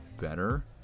better